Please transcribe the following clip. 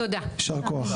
יישר כוח.